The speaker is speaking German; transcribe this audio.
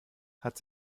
hat